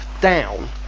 down